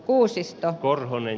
kuusisto korhonen